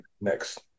next